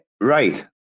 right